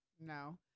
No